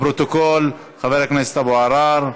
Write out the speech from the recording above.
לפרוטוקול, חבר הכנסת אבו עראר.